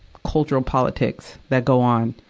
cultural politics that go on.